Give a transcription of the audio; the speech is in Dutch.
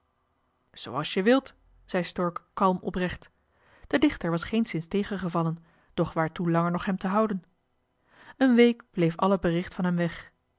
zooals je wilt zei stork kalm oprecht de dichter was geenszins tegengevallen doch waartoe langer nog hem te houden een week bleef alle bericht van hem weg